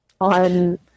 on